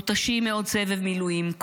מותשים מעוד סבב מילואים,